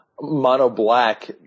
mono-black